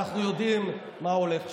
אנחנו יודעים מה הולך שם.